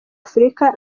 afurika